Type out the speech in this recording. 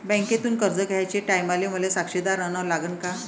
बँकेतून कर्ज घ्याचे टायमाले मले साक्षीदार अन लागन का?